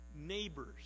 neighbors